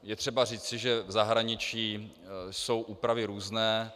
Je třeba říci, že v zahraničí jsou úpravy různé.